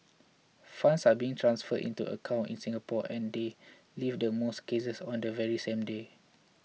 funds are being transferred into accounts in Singapore and they leave the most cases on the very same day